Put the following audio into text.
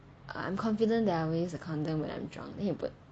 I'm confident that I will use a condom when I'm drunk then he put